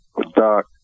doc